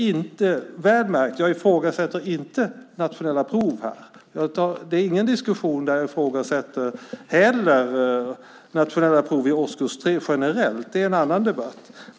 Märk väl - jag ifrågasätter inte nationella prov. Det här är ingen diskussion där jag ifrågasätter nationella prov i årskurs 3 generellt, det är en annan debatt.